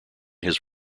his